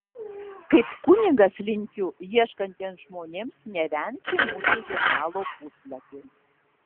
kaip kunigas linkiu ieškantiems žmonėms nevengti mūsų žurnalo puslapių